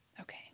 Okay